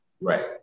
Right